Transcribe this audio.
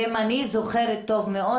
ואם אני זוכרת טוב מאוד,